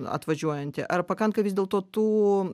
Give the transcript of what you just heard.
atvažiuojantį ar pakanka vis dėlto tų